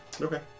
Okay